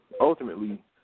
Ultimately